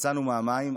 יצאנו מהמים.